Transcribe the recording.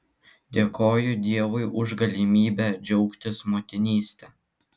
dėkoju dievui už galimybę džiaugtis motinyste